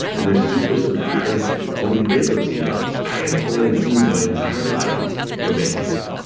and they're super surprised when bankruptcy comes. i had planted seeds my entire life for bankruptcy,